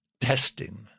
testing